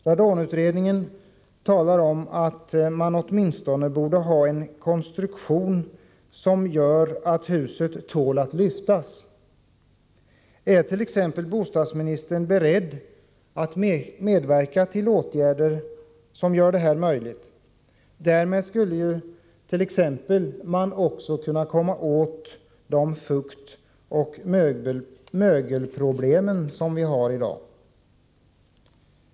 Radonutredningen talar om att det åtminstone borde finnas en konstruktion som gör att huset tål att lyftas. Är bostadsministern exempelvis beredd att medverka till åtgärder som gör det här möjligt? Därmed skulle man bl.a. kunna komma åt de fuktoch mögelproblem som föreligger i dag.